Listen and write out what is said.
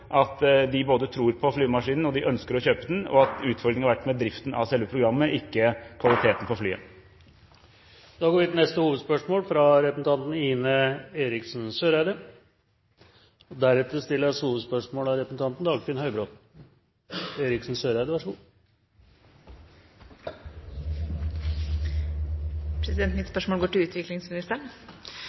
at de både tror på flymaskinen og ønsker å kjøpe den. Utfordringen har vært med driften av selve programmet, ikke kvaliteten på flyet. Vi går videre til neste hovedspørsmål. Mitt spørsmål går til utviklingsministeren. I sin redegjørelse i går om Afghanistan sa utenriksminister Jonas Gahr Støre: «Norsk bistandsinnsats må kunne justeres i tilfelle utviklingen går